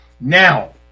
Now